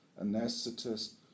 anesthetist